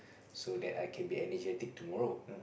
so that I can be energetic tomorrow